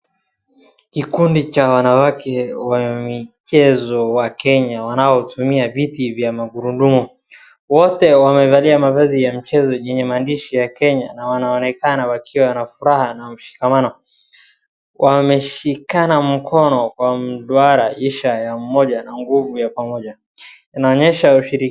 Kikundi cha wanawake wa michezo wa kenya wanaotumia viti vya magurudumu. Wote wamevalia mavazi ya mchezo ambaye yana maandishi ya kenya na wanaonekana wakiwa wana furaha na wana ushikamano. Wameshikana mkono kwa mduara isha ya maana ya nguvu ya pamoja. Inaonyesha ushiriki.